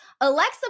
Alexa